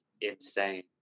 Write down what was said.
insane